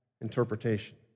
interpretation